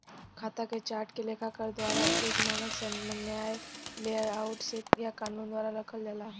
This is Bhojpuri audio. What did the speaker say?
खाता के चार्ट के लेखाकार द्वारा एक मानक सामान्य लेआउट से या कानून द्वारा रखल जाला